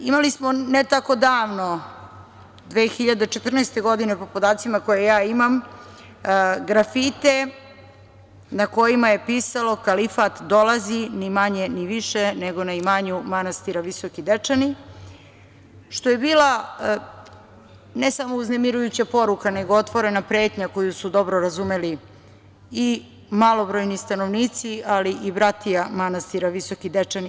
Imali smo ne tako davno, 2014. godine po podacima koje ja imam, grafite na kojima je pisalo – kalifat dolazi, ni manje ni više nego na imanju manastira Visoki Dečani, što je bila ne samo uznemirujuća poruka, nego otvorena pretnja koju su dobro razumeli i malobrojni stanovnici, ali i bratija manastira Visoki Dečani.